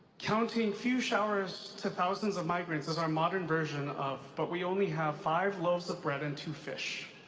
counting few showers to thousands of migrants is our modern version of but we only have five lovers of bread and two fish.